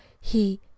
he—